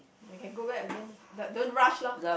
you can go back again ah d~ don't rush loh